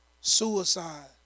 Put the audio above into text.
suicide